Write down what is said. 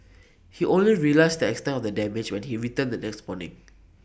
he only realised the extent of the damage when he returned the next morning